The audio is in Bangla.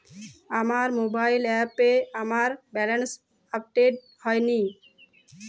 আমার মোবাইল অ্যাপে আমার ব্যালেন্স আপডেট হয়নি